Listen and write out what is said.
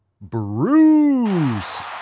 Bruce